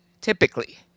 typically